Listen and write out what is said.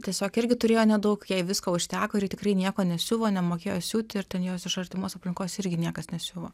tiesiog irgi turėjo nedaug jai visko užteko ir ji tikrai nieko nesiuvo nemokėjo siūti ir ten jos iš artimos aplinkos irgi niekas nesiuvo